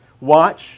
Watch